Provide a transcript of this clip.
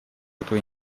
эту